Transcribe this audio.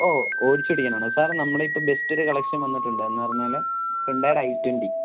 ഓ ഓടിച്ചുപഠിക്കാനാണോ സാർ നമ്മുടെ ഇപ്പം ബെസ്റ്റ് ഒരു കളക്ഷൻ വന്നിട്ടുണ്ടായിരുന്നു എന്നുപറഞ്ഞാല് ഹുണ്ടായിയുടെ ഐ ട്വൻറ്റി